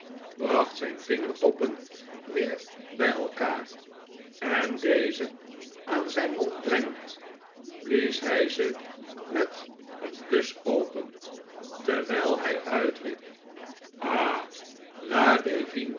bracht zijn vingertoppen weer bij elkaar en deze aan zijn mond brengend blies hij ze met een kus open terwijl hij uitriep ah la divine